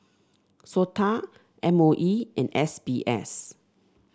SOTA M O E and S B S